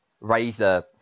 Razor